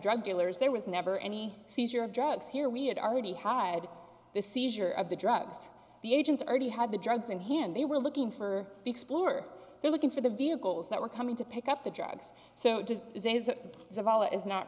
drug dealers there was never any seizure of drugs here we had already had the seizure of the drugs the agents already had the drugs in hand they were looking for the explorer they're looking for the vehicles that were coming to pick up the drugs so